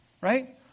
Right